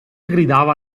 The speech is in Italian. gridava